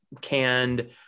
canned